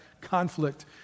conflict